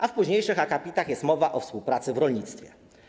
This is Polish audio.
A w następnych akapitach jest mowa o współpracy w rolnictwie.